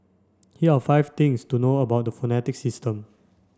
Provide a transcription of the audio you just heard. here are five things to know about the phonetic system